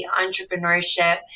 entrepreneurship